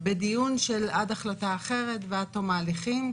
בדיון של עד החלטה אחרת ועד תום ההליכים,